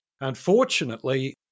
unfortunately